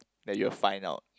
that you will find out